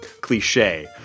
cliche